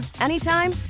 anytime